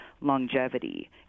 longevity